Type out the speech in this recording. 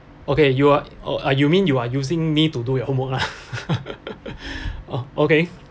okay you are or uh you mean you are using me to do your homework lah oh okay